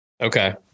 okay